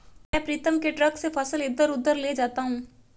मैं प्रीतम के ट्रक से फसल इधर उधर ले जाता हूं